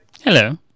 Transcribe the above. Hello